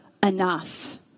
enough